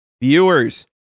viewers